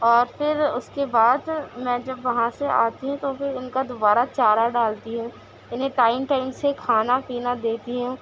اور پھر اس کے بعد میں جب وہاں سے آتی تو پھر ان کا دوبارہ چارہ ڈالتی ہوں انہیں ٹائم ٹائم سے کھانا پینا دیتی ہوں